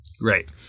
Right